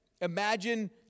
imagine